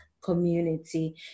community